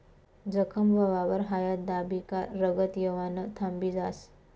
जखम व्हवावर हायद दाबी का रंगत येवानं थांबी जास